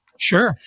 Sure